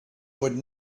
would